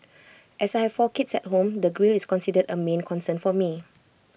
as I have four kids at home the grille is considered A main concern for me